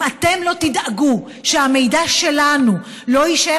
אם אתם לא תדאגו שהמידע שלנו לא יישאר